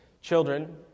Children